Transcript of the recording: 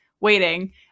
waiting